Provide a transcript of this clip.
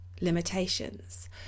limitations